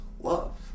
love